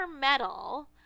medal